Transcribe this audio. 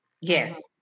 Yes